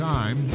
Time